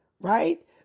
right